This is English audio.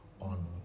on